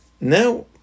now